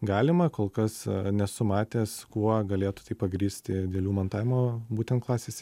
galima kol kas nesu matęs kuo galėtų tai pagrįsti dėl jų montavimo būtent klasėse